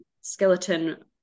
skeleton